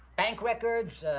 bank records,